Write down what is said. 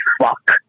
fuck